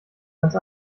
ganz